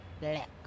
black